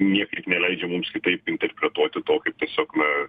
niekaip neleidžia mums kitaip interpretuoti to kaip tiesiog na